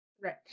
Right